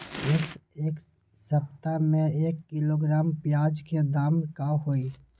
एक सप्ताह में एक किलोग्राम प्याज के दाम का होई?